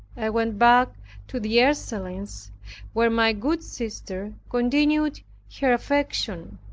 i went back to the ursulines where my good sister continued her affection.